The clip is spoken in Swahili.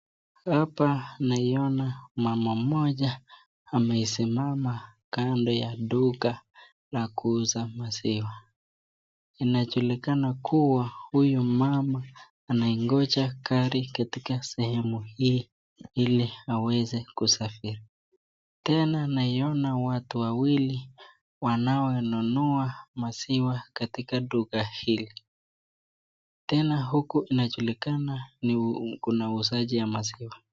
Hapa naiona mama mmoja amesimama kando ya duka la kuuza maziwa. Inajulikana kuwa huyu mama anangoja gari katika sehemu hii ili aweze kusafiri. Tena naiona watu wawili wanaonunua maziwa katika duka hili. Tena huku inajulikana ni kuna uuzaji wa maziwa.